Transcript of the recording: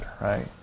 right